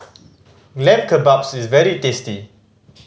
Lamb Kebabs is very tasty